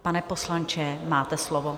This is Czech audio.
Pane poslanče, máte slovo.